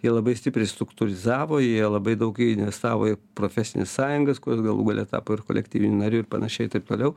jie labai stipriai struktūrizavo jie labai daug investavo į profesines sąjungas kurios galų gale tapo ir kolektyviniu nariu ir panašiai taip toliau